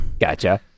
Gotcha